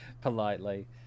politely